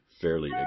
fairly